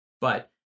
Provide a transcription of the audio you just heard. But-